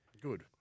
Good